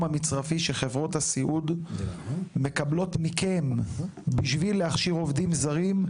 המצרפי שחברות הסיעוד מקבלות מכם בשביל להכשיר עובדים זרים,